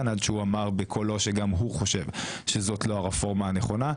עד שהוא אמר בקולו שגם הוא חושב שזאת לא הרפורמה הנכונה.